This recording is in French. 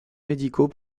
médicaux